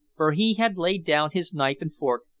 for he had laid down his knife and fork,